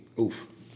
oof